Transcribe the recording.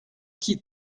qui